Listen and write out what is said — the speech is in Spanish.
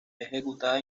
ejecutada